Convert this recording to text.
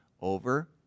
over